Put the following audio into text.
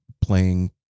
playing